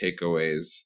takeaways